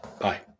Bye